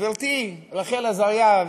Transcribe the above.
גברתי רחל עזריה,